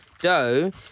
dough